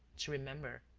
to remember.